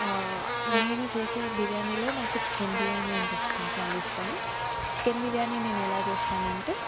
నేను చేసే బిర్యానీలో నాకు చికెన్ బిర్యానీ అంటే ఇష్టం చాలా ఇష్టము చికెన్ బిర్యానీ నేనెలా చేస్తానంటే